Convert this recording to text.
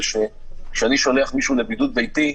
שכאשר אני שולח מישהו לבידוד ביתי,